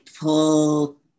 pull